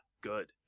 good